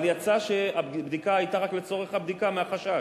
אבל יצא שהבדיקה היתה רק לצורך הבדיקה, מהחשש,